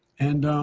and